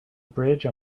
bridge